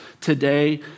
Today